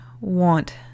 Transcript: want